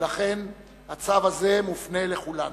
ולכן הצו הזה מופנה לכולנו,